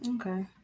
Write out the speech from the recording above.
Okay